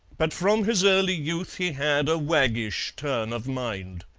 but from his early youth he had a waggish turn of mind.